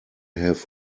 have